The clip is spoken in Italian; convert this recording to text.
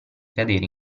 cadere